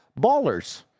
Ballers